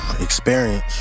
experience